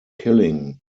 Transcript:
killing